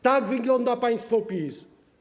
Tak wygląda państwo PiS.